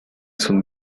son